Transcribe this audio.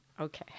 Okay